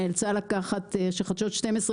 שחדשות 12,